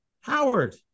Howard